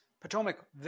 Potomac